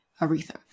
Aretha